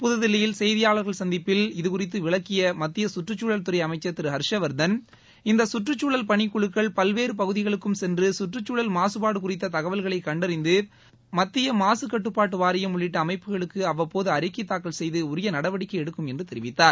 புதுதில்லியில் செய்தியாளர்கள் சந்திப்பில் இதுகுறித்து விளக்கிய மத்திய கற்றுக்குழல் துறை அமைச்சர் திரு ஹர்ஷ்வர்தன் இந்த சுற்றுச்சூழல் பணிக்குழுக்கள் பல்வேறு பகுதிவுளுக்கும் சென்று கற்றுக்குழல் மாகபாடு குறித்த தகவல்களை கண்டறிந்து மத்திய மாக கட்டுப்பாட்டு வாரியம் உள்ளிட்ட அமைப்புகளுக்கு அவ்வப்போது அறிக்கை தாக்கல் செய்து உரிய நடவடிக்கை எடுக்கும் என்று தெரிவித்தார்